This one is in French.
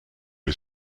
ait